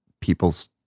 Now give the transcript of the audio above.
people's